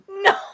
no